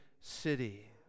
city